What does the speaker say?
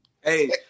Hey